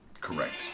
Correct